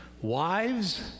wives